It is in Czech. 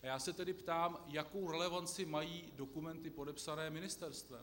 A já se tedy ptám, jakou relevanci mají dokumenty podepsané ministerstvem?